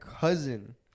cousin